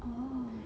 orh